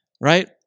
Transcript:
right